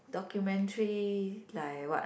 documentary like what